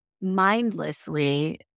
mindlessly